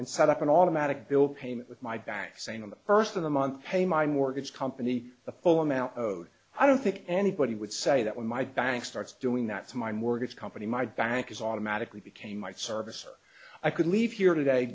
and set up an automatic bill payment with my back saying i'm the first of the month pay my mortgage company the full amount of i don't think anybody would say that when my bank starts doing that to my mortgage company my bank is automatically became my service so i could leave here today